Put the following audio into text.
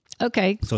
Okay